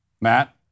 Matt